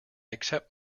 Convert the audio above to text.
accept